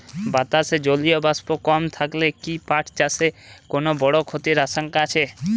বাতাসে জলীয় বাষ্প কম থাকলে কি পাট চাষে কোনো বড় ক্ষতির আশঙ্কা আছে?